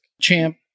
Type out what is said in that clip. Champ